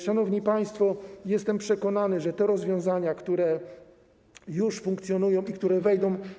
Szanowni państwo, jestem przekonany, że te rozwiązania, które już funkcjonują i które wejdą w perspektywie.